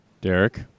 Derek